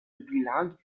bilingues